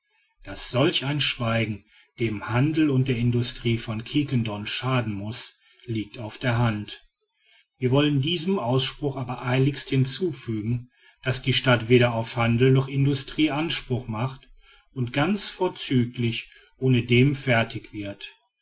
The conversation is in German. daß solch ein schweigen dem handel und der industrie von quiquendone schaden muß liegt auf der hand wir wollen diesem ausspruch aber eiligst hinzufügen daß die stadt weder auf handel noch industrie anspruch macht und ganz vorzüglich ohnedem fertig wird